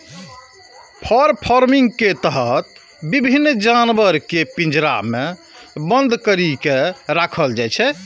फर farming के तहत विभिन्न जानवर कें पिंजरा मे बन्न करि के राखल जाइ छै